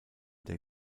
der